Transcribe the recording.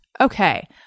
Okay